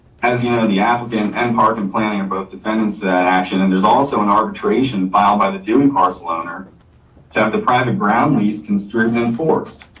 as you know, the applicant and park and planning, and both defendants that ashton, and there's also an arbitration filed by the bowie parcel owner to have the private ground lease construed in force.